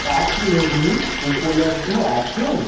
cutlery উপলব্ধ আছে